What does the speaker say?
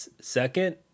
second